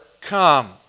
come